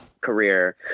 career